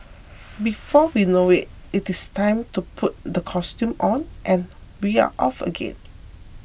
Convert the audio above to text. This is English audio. before we know it it is time to put the costume on and we are off again